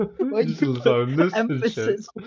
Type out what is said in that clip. emphasis